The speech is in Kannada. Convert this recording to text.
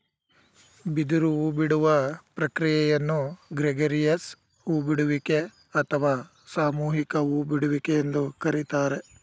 ಬಿದಿರು ಹೂಬಿಡುವ ಪ್ರಕ್ರಿಯೆಯನ್ನು ಗ್ರೆಗೇರಿಯಸ್ ಹೂ ಬಿಡುವಿಕೆ ಅಥವಾ ಸಾಮೂಹಿಕ ಹೂ ಬಿಡುವಿಕೆ ಎಂದು ಕರಿತಾರೆ